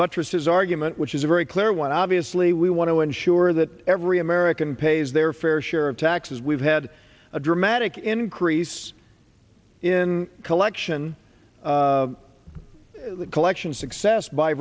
buttress his argument which is a very clear one obviously we want to ensure that every american pays their fair share of taxes we've had a dramatic increase in collection collection success by